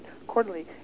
accordingly